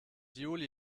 juli